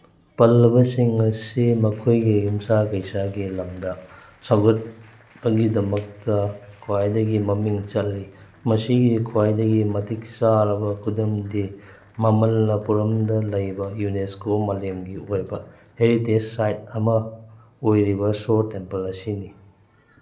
ꯄꯜꯂꯕꯁꯤꯡ ꯑꯁꯤ ꯃꯈꯣꯏꯒꯤ ꯌꯨꯝꯁꯥ ꯀꯩꯁꯥꯒꯤ ꯂꯝꯗ ꯁꯧꯒꯠꯄꯒꯤꯗꯃꯛꯇ ꯈ꯭ꯋꯥꯏꯗꯒꯤ ꯃꯃꯤꯡ ꯆꯠꯂꯤ ꯃꯁꯤꯒꯤ ꯈ꯭ꯋꯥꯏꯗꯒꯤ ꯃꯇꯤꯛ ꯆꯥꯔꯕ ꯈꯨꯗꯝꯗꯤ ꯃꯃꯜꯂꯄꯨꯔꯝꯗ ꯂꯩꯕ ꯌꯨꯅꯦꯁꯀꯣ ꯃꯥꯂꯦꯝꯒꯤ ꯑꯣꯏꯕ ꯍꯦꯔꯤꯇꯦꯖ ꯁꯥꯏꯠ ꯑꯃ ꯑꯣꯏꯔꯤꯕ ꯁꯣꯔ ꯇꯦꯝꯄꯜ ꯑꯁꯤꯅꯤ